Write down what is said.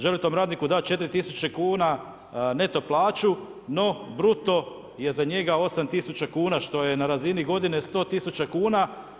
Želi tom radniku dati 4000 kuna neto plaću, no bruto je za njega 8000 kuna što je na razini godine 100 000 kuna.